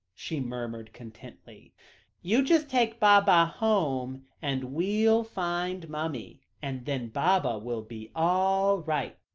she murmured contentedly you just take baba home and we'll find mummy and then baba will be all right.